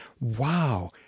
Wow